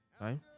right